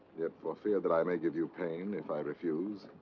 yet, for fear that i may give you pain if i refuse.